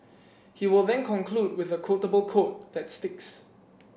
he will then conclude with a quotable quote that sticks